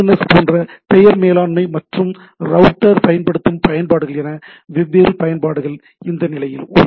S போன்ற பெயர் மேலாண்மை மற்றும் ரௌட்டர் பயன்படுத்தும் பயன்பாடுகள் என வெவ்வேறு பயன்பாடுகள் இந்த நிலையில் உள்ளன